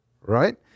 Right